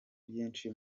byinshi